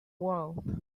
world